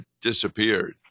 disappeared